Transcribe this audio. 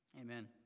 amen